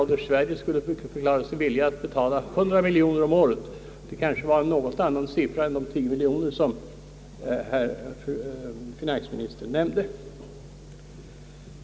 Sverige skulle förklara sig villigt att betala 100 miljoner om året. Det var alltså en annan siffra än de 10 miljoner som finansministern nämnde.